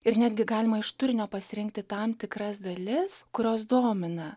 ir netgi galima iš turinio pasirinkti tam tikras dalis kurios domina